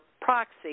proxy